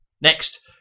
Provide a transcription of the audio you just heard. Next